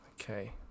Okay